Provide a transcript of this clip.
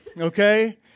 okay